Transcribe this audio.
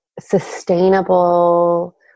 sustainable